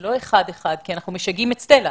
לא אחד-אחד כי אנחנו משגעים את סטלה.